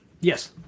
Yes